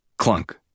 Clunk